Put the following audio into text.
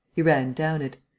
he ran down it.